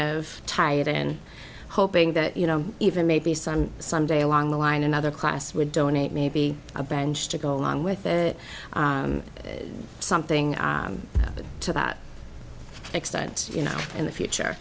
of tie it in hoping that you know even maybe some sunday along the line another class would donate maybe a bench to go along with it something to that extent you know in the future